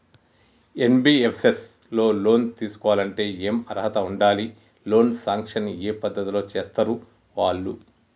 NBFS లో loan తీస్కోవాలంటే ఏం అర్హత ఉండాలి? లోన్ సాంక్షన్ ఏ పద్ధతి లో చేస్తరు వాళ్లు?